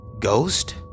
Ghost